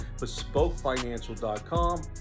bespokefinancial.com